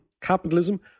capitalism